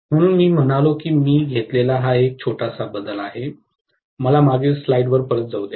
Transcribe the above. म्हणूनच मी म्हणालो की मी घेतलेला हा एक छोटासा बदल आहे मागील स्लाइड वर परत जाऊया